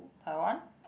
Taiwan